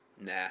Nah